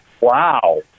wow